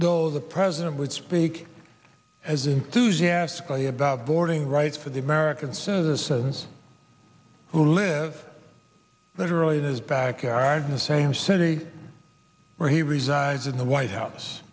though the president would speak as enthusiastically about voting rights for the american citizens who live literally in his backyard in the same city where he resides in the white house